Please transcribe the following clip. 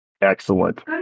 Excellent